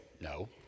No